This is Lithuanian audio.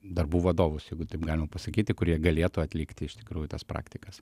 darbų vadovus jeigu taip galima pasakyti kurie galėtų atlikti iš tikrųjų tas praktikas